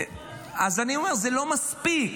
אז אני אומר: זה לא מספיק,